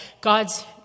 God's